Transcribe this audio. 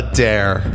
dare